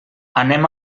anem